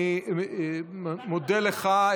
אני מודה לך,